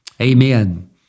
Amen